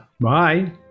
Bye